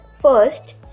First